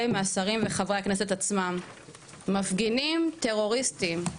מהשרים וחברי הכנסת עצמם מפגינים טרוריסטים.